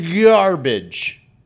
garbage